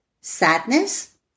sadness